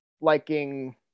liking